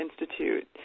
Institute